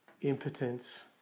impotence